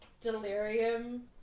delirium